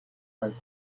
rotate